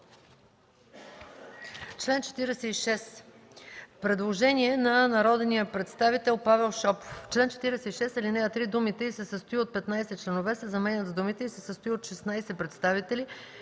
Член 46 – предложение от народния представител Павел Шопов: „В чл. 46, ал. 3 думите „и се състои от 15 членове” се заменят с думите „и се състои от 16 представители,